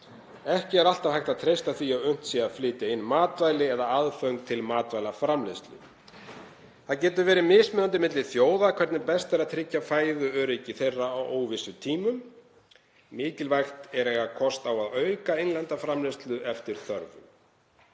Ekki er alltaf hægt að treysta því að unnt sé að flytja inn matvæli eða aðföng til matvælaframleiðslu.“ Það getur verið mismunandi milli þjóða hvernig best er að tryggja fæðuöryggi þeirra á óvissutímum. Mikilvægt er að eiga kost á að auka innlenda framleiðslu eftir þörf.